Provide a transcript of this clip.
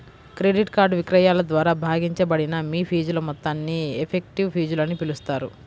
credit card విక్రయాల ద్వారా భాగించబడిన మీ ఫీజుల మొత్తాన్ని ఎఫెక్టివ్ ఫీజులని పిలుస్తారు